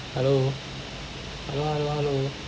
hello hello hello hello